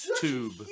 tube